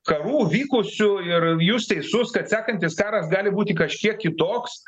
karų vykusių ir jūs teisus kad sekantis karas gali būti kažkiek kitoks